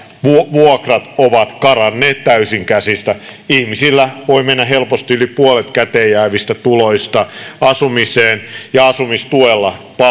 vuokrat ovat karanneet täysin käsistä ihmisillä voi mennä helposti yli puolet käteenjäävistä tuloista asumiseen ja asumistuella